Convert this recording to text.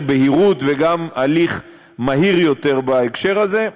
בהירות וגם הליך מהיר יותר בהקשר הזה.